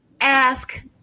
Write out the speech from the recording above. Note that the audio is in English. Ask